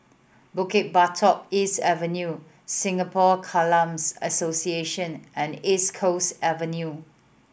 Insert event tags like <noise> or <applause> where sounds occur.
Bukit Batok East Avenue Singapore <unintelligible> Association and East Coast Avenue